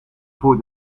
voor